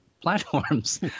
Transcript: platforms